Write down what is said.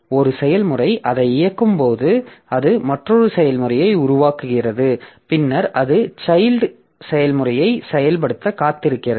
ஒரு செயல்முறை அதை இயக்கும் போது அது மற்றொரு செயல்முறையை உருவாக்குகிறது பின்னர் அது சைல்ட் செயல்முறையை செயல்படுத்த காத்திருக்கிறது